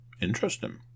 interesting